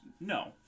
No